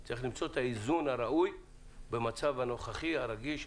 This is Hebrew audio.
יש למצוא את האיזון הראוי במצב הנוכחי הרגיש,